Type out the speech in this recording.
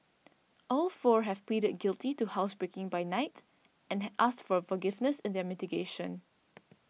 all four have pleaded guilty to housebreaking by night and had asked for forgiveness in their mitigation